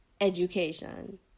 education